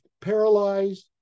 paralyzed